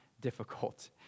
difficult